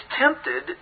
tempted